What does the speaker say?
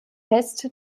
fest